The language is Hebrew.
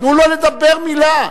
תנו לו לדבר מלה.